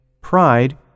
pride